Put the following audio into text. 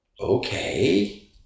Okay